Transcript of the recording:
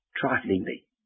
triflingly